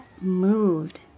moved